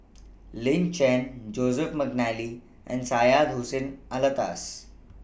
Lin Chen Joseph Mcnally and Hussein Alatas